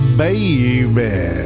baby